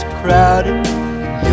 crowded